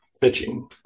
pitching